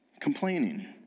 complaining